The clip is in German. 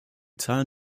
zahlen